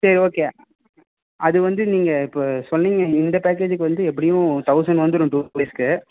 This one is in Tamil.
சரி ஓகே அது வந்து நீங்கள் இப்போ சொன்னீங்க இந்த பேக்கேஜ்க்கு வந்து எப்படியும் தௌசண்ட் வந்துடும் டூ டேஸ்க்கு